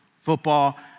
football